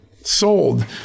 sold